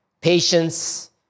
patience